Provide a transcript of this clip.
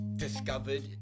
discovered